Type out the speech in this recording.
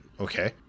Okay